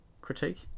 critique